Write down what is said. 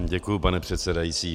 Děkuji, pane předsedající.